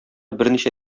берничә